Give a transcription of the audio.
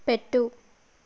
పెట్టు